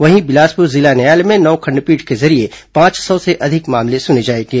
वहीं बिलासपुर जिला न्यायालय में नौ खंडपीठ के जरिये पांच सौ से अधिक मामले सुने जाएंगे